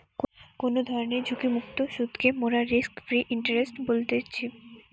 কোনো ধরণের ঝুঁকিমুক্ত সুধকে মোরা রিস্ক ফ্রি ইন্টারেস্ট বলতেছি